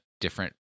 different